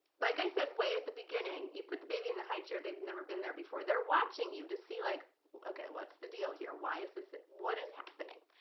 like i said way at the beginning, you put the baby in the highchair, they've never been there before. they're watching you to see like okay, what's the deal here? why is this. what is happening?